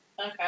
Okay